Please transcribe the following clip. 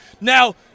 Now